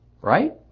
Right